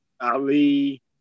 Ali